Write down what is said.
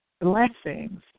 blessings